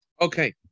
Okay